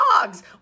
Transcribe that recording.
dogs